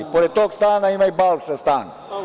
Pored tog stana ima i Balša stan.